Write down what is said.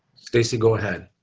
stacy. go ahead.